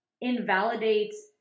invalidates